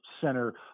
center